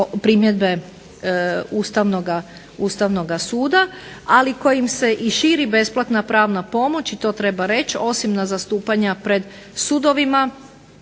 primjedbe Ustavnoga suda, ali kojim se i širi besplatna pravna pomoć i to treba reći, osim na zastupanja pred sudovima